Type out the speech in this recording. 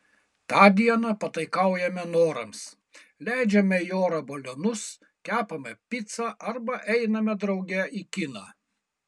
tą dieną pataikaujame norams leidžiame į orą balionus kepame picą arba einame drauge į kiną